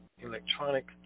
electronic